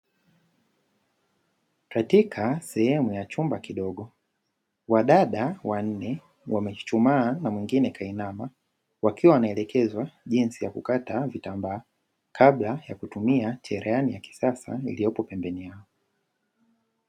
Katika sehemu ya chumba kidogo, wadada wanne wamechuchumaa na mwingine kainama, wakiwa wanaelekezwa jinsi ya kukata vitambaa kabla ya kutumia cherehani ya kisasa iliyopo pembeni yao.